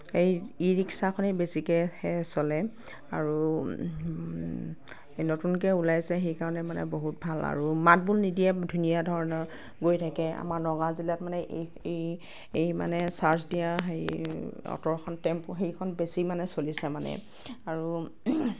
এই ই ৰিক্সাখনে বেছিকৈহে চলে আৰু নতুনকৈ ওলাইছে সেইকাৰণে মানে বহুত ভাল আৰু মাত বোল নিদিয়ে ধুনীয়া ধৰণৰ গৈ থাকে আমাৰ নগাঁও জিলাত মানে এই এই এই মানে চাৰ্জ দিয়া সেই অট'খন টেম্পু সেইখন বেছি মানে চলিছে মানে আৰু